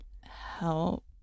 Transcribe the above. help